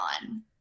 on